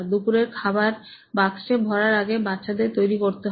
দুপুরের খাবার বাক্সে ভরার আগে বাচ্চাদের তৈরি করতে হয়